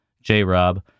J-Rob